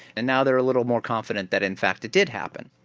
and now they're a little more confident that in fact it did happen.